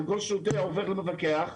אם כל שוטר הופך למפקח,